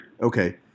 Okay